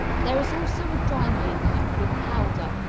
there is also a dry makeup, with powder,